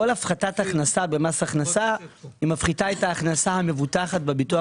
כל הפחתת הכנסה במס הכנסה מפחיתה את ההכנסה המבוטחת בביטוח